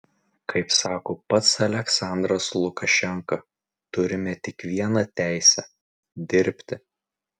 kaip sako pats aliaksandras lukašenka turime tik vieną teisę dirbti